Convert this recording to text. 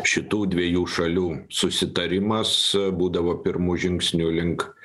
šitų dviejų šalių susitarimas būdavo pirmu žingsniu link